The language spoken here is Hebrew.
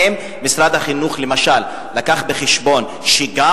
האם משרד החינוך למשל הביא בחשבון שגם